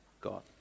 God